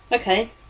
Okay